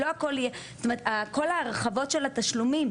כל ההרחבות של התשלומים,